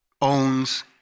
owns